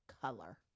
color